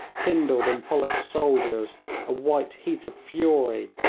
kindled in pollock's soldiers a white heat of fury.